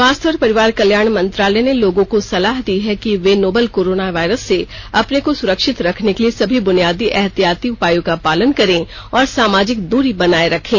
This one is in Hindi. स्वास्थ्य और परिवार कल्याण मंत्रालय ने लोगों को सलाह दी है कि वे नोवल कोरोना वायरस से अपने को सुरक्षित रखने के लिए सभी बुनियादी एहतियाती उपायों का पालन करें और सामाजिक दूरी बनाए रखें